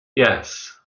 yes